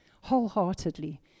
wholeheartedly